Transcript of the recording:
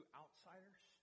outsiders